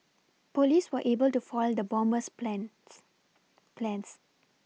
police were able to foil the bomber's plans plans